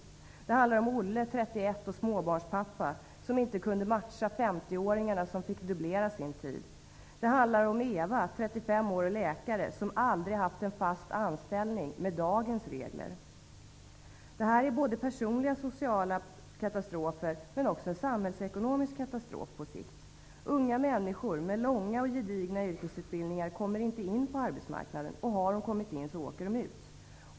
Det handlar om Olle, 50-åringarna som fick dubblera sin anställningstid. Det handlar om Eva 35 år och läkare, som aldrig haft en fast anställning med dagens regler. Detta är både personliga och sociala katastrofer, men också en samhällsekonomisk katastrof på sikt. Unga människor med långa och gedigna yrkesutbildningar kommer inte in på arbetsmarknaden. Har de kommit in åker de ut.